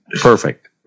perfect